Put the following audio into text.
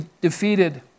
defeated